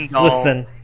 listen